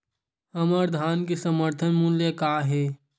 हमर धान के समर्थन मूल्य का हे?